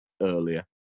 earlier